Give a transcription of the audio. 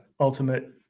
ultimate